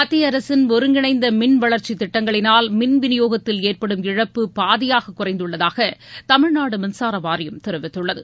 மத்திய அரசின் ஒருங்கிணைந்த மின்வளர்ச்சித் திட்டங்களினால் மின் விநியோகத்தில் ஏற்படும் இழப்பு பாதியாக குறைந்துள்ளதாக தமிழ்நாடு மின்சார வாரியம் தெரிவித்துள்ளது